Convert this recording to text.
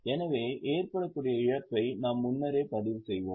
எனவே ஏற்படக்கூடிய இழப்பை நாம் முன்னரே பதிவு செய்வோம்